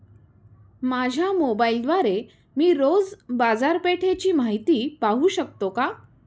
माझ्या मोबाइलद्वारे मी रोज बाजारपेठेची माहिती पाहू शकतो का?